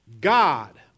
God